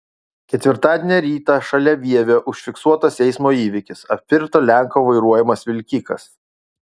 ketvirtadienio rytą šalia vievio užfiksuotas eismo įvykis apvirto lenko vairuojamas vilkikas